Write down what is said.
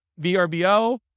VRBO